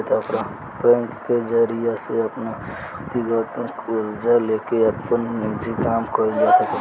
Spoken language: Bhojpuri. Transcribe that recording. बैंक के जरिया से अपन व्यकतीगत कर्जा लेके आपन निजी काम कइल जा सकेला